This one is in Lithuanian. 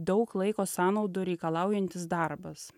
daug laiko sąnaudų reikalaujantis darbas